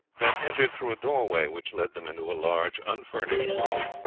then entered through a doorway which led them into a large, unfurnished room,